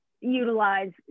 utilize